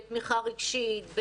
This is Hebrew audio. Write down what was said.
בתמיכה רגשית,